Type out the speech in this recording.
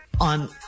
on